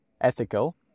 ethical